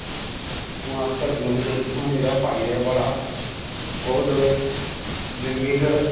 हून अस करदे रौह्ने डेली सानूं एह्दा फायदा ऐ बड़ा होर स्विमिंग